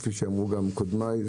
כפי שאמרו כבר קודמי,